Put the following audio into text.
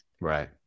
Right